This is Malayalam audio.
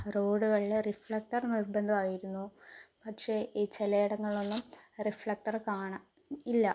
റോഡുകളിൽ റിഫ്ലക്ടർ നിർബന്ധം ആയിരുന്നു പക്ഷെ ഈ ചിലയിടങ്ങളിൽ ഒന്നും റിഫ്ലക്ടർ കാണാൻ ഇല്ല